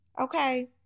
Okay